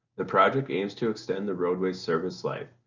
the project aims to extend the roadway's service life.